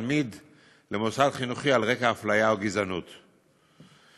הפליה במוצרים, בשירותים ובכניסה